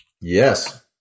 Yes